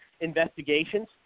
investigations